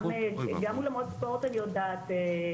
גם אולמות ספורט אני יודעת,